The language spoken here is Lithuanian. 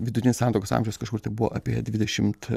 vidutinis santuokos amžius kažkur tai buvo apie dvidešimt